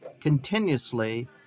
continuously